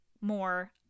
more